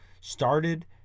started